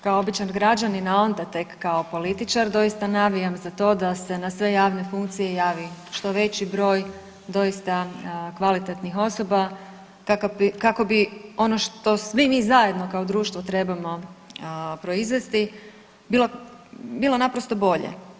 Kao običan građanin, a onda tek kao političar doista navijam za to da se na sve javne funkcije javi što veći broj doista kvalitetnih osoba kako bi ono što svi mi zajedno kao društvo trebamo proizvesti bilo naprosto bolje.